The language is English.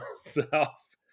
self